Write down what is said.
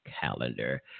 calendar